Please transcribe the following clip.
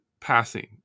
passing